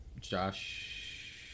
Josh